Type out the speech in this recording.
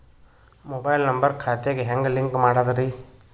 Mobile number ಖಾತೆ ಗೆ ಹೆಂಗ್ ಲಿಂಕ್ ಮಾಡದ್ರಿ?